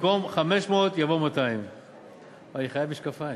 במקום "500" יבוא "200"; (2)